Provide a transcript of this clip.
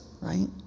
right